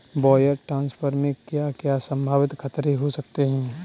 Wire transfer में क्या क्या संभावित खतरे हो सकते हैं?